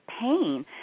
pain